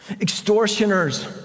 Extortioners